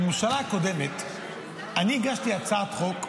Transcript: בממשלה הקודמת אני הגשתי הצעת חוק,